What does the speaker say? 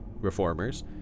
reformers